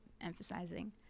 emphasizing